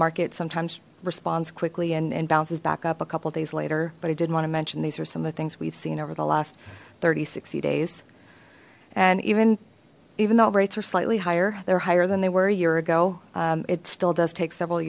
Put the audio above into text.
market sometimes responds quickly and bounces back up a couple days later but i did want to mention these are some of the things we've seen over the last thirty sixty days and even even though rates are slightly higher they're higher than they were a year ago it still does take several